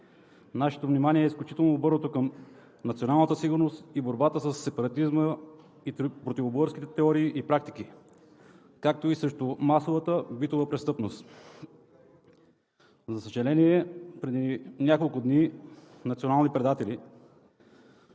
Нашето внимание е изключително обърнато към националната сигурност и борбата със сепаратизма и противоборските теории и практиките, както и срещу масовата и битовата престъпност. За съжаление, преди няколко дни национални предатели,